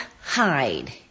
hide